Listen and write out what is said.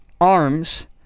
Arms